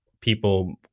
people